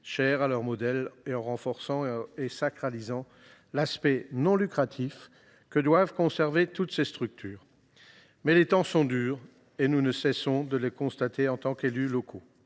chères à leur modèle, et en renforçant et sacralisant l’aspect non lucratif que doivent conserver toutes ces structures. Mais les temps sont durs. Nous n’avons de cesse de le constater en tant qu’élus locaux.